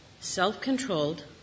self-controlled